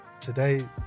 today